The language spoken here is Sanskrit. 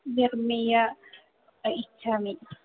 निर्मितुम् इच्छामि